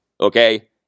okay